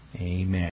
Amen